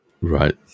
Right